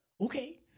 Okay